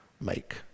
make